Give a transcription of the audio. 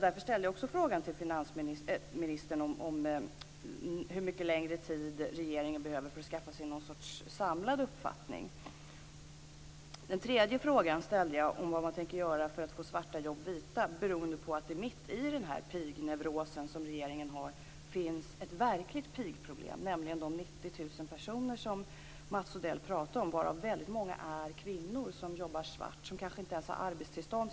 Därför frågade jag också finansministern hur mycket längre tid regeringen behöver för att skaffa sig någon sorts samlad uppfattning. Den tredje frågan jag ställde var vad man tänker göra för att få svarta jobb vita. Mitt i den pigneuros som regeringen har finns det ju ett verkligt pigproblem, nämligen de 90 000 personer som Mats Odell pratade om vilka jobbar svart, varav väldigt många är kvinnor. De kanske inte ens har arbetstillstånd.